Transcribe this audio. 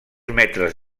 metres